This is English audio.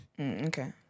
Okay